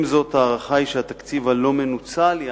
עם זאת, ההערכה היא שהתקציב הלא-מנוצל יהיה